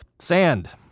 sand